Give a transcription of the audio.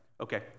Okay